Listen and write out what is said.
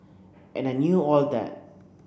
and I knew all that